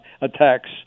attacks